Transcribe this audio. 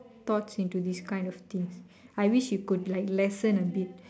thoughts into this kind of things I wish you could like lessen a bit